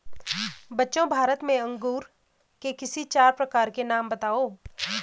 बच्चों भारत में अंगूर के किसी चार प्रकार के नाम बताओ?